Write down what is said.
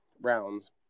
rounds